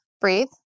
breathe